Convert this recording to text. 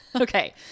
Okay